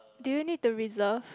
do you need to reserve